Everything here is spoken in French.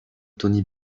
tony